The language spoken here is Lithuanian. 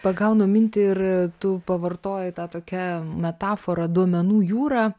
pagaunu mintį ir tu pavartojai tą tokią metaforą duomenų jūra